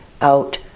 out